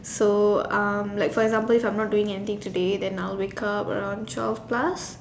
so um like for example if I'm not doing anything today then I'll wake up around twelve plus